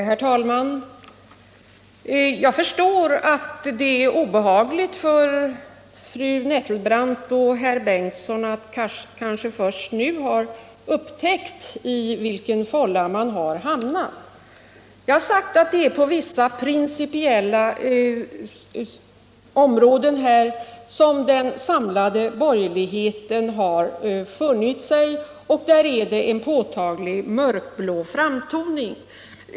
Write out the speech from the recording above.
Herr talman! Jag förstår att det är obehagligt för fru tredje vice talmannen Nettelbrandt och för herr förste vice talmannen Bengtson att kanske först nu ha upptäckt i vilken fålla man har hamnat. Jag har sagt att på vissa principiella områden som den samlade borgerligheten har hamnat i är det en påtaglig mörkblå framtoning.